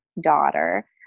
daughter